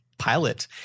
Pilot